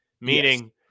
meaning